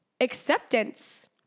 acceptance